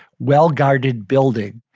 well-guarded building.